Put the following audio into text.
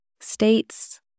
states